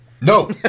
No